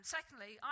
Secondly